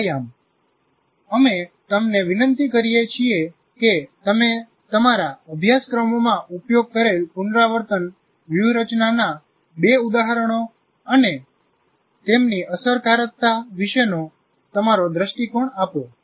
વ્યાયામ અમે તમને વિનંતી કરીએ છીએ કે તમે તમારા અભ્યાસક્રમોમાં ઉપયોગ કરેલ પુનરાવર્તન વ્યૂહરચનાના બે ઉદાહરણો અને તેમની અસરકારકતા વિશેનો તમારો દૃષ્ટિકોણ આપો